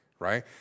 Right